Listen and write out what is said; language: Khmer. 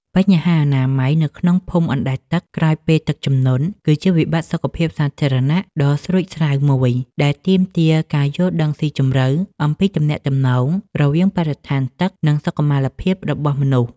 បញ្ហាអនាម័យនៅក្នុងភូមិអណ្តែតទឹកក្រោយពេលទឹកជំនន់ គឺជាវិបត្តិសុខភាពសាធារណៈដ៏ស្រួចស្រាវមួយ ដែលទាមទារការយល់ដឹងស៊ីជម្រៅអំពីទំនាក់ទំនងរវាងបរិស្ថានទឹក និងសុខុមាលភាពរបស់មនុស្ស។